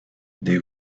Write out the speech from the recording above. des